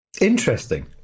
Interesting